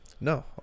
No